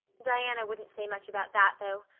diana wouldn't say much about that, though.